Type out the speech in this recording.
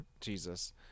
Jesus